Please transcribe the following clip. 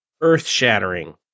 Earth-shattering